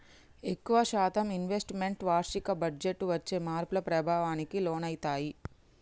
ఎక్కువ శాతం investments వార్షిక బడ్జెట్టు వచ్చే మార్పుల ప్రభావానికి లోనయితయ్యి